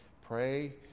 pray